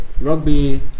Rugby